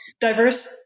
diverse